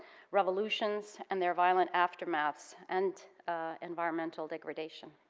revolutions, and their violent aftermaths, and environmental degradation.